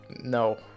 No